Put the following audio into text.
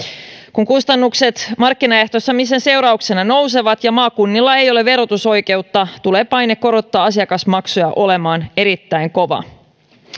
kun kustannukset markkinaehtoistamisen seurauksena nousevat ja maakunnilla ei ole verotusoikeutta tulee paine korottaa asiakasmaksuja olemaan erittäin kova